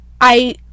I-